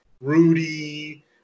Rudy